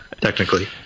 Technically